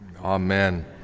Amen